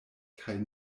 kaj